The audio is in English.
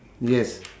yes